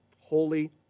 Holy